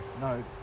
No